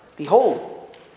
Behold